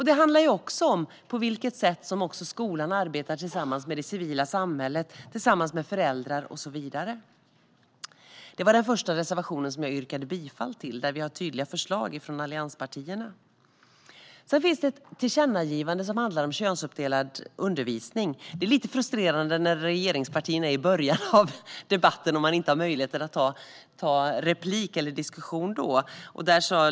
Det handlar också om på vilket sätt skolan arbetar tillsammans med det civila samhället, tillsammans med föräldrar och så vidare. Det här var den första reservationen som jag yrkade bifall till, och där har vi tydliga förslag från allianspartierna. Det finns ett tillkännagivande som handlar om könsuppdelad undervisning. Det är lite frustrerande när regeringspartierna talar i början av debatten och man då inte har möjlighet att begära replik och ta en diskussion.